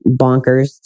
bonkers